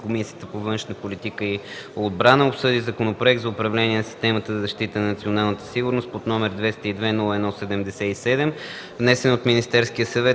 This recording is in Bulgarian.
Комисията по външна политика и отбрана обсъди Законопроект за управление на системата за защита на националната сигурност, № 202-01-77, внесен от Министерския съвет